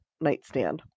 nightstand